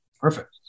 Perfect